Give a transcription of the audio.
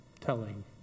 telling